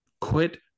Quit